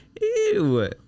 Ew